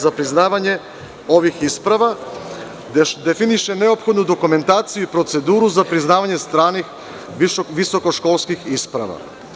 Za priznavanje ovih isprava definiše neophodnu dokumentaciju i proceduru za priznavanje stranih visoko školskih isprava.